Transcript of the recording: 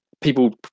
people